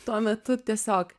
tuo metu tiesiog